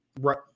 right